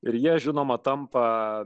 ir jie žinoma tampa